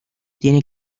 tiene